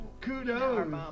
kudos